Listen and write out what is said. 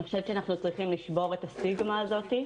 אני חושבת שאנחנו צריכים לשבור את הסטיגמה הזאת,